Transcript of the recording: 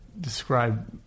describe